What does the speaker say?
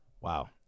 Wow